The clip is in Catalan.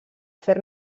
fer